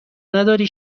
نداری